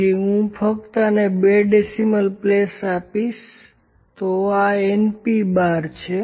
તેથી હું ફક્ત આને બે ડેસિમલ પ્લેસ આપીશ તો આ np¯ છે